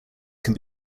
can